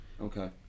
okay